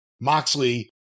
Moxley